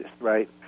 right